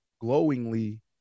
glowingly